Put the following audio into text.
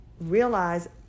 realize